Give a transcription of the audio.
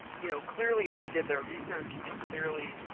you know clearly, they did their research. and clearly,